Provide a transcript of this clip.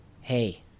Hey